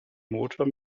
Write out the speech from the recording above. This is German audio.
motor